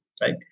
right